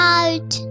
out